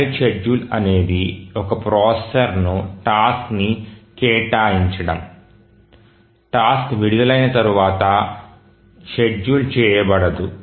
valid schedule అనేది ఒక ప్రాసెసర్కు టాస్క్ని కేటాయించడం టాస్క్ విడుదలైన తర్వాత షెడ్యూల్ చేయబడదు